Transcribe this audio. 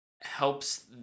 helps